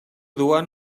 duen